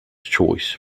choice